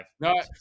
no